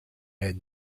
had